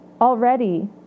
already